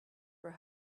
were